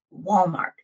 Walmart